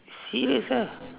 serious ah